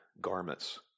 garments